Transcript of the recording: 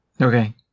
Okay